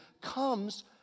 comes